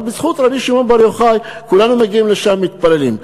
ובזכות רבי שמעון בר יוחאי כולנו מגיעים לשם ומתפללים.